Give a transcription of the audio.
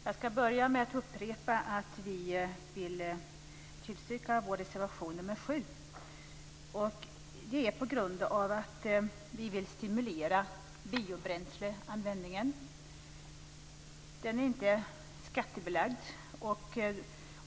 Fru talman! Jag skall börja med att upprepa att vi vill tillstyrka vår reservation nr 7. Vi vill stimulera biobränsleanvändningen. Den är inte skattebelagd.